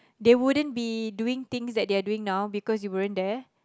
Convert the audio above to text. they wouldn't be doing things that they're doing now because you weren't there